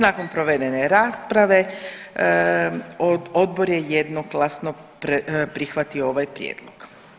Nakon provedene rasprave odbor je jednoglasno prihvatio ovaj prijedlog.